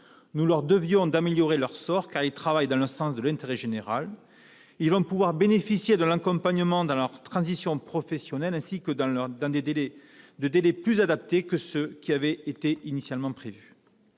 Nous leur devions d'améliorer leur sort, car ils travaillent dans le sens de l'intérêt général. Ils vont pouvoir bénéficier d'un accompagnement dans leur transition professionnelle, ainsi que de délais plus adaptés que ceux qui avaient été initialement prévus.